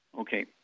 Okay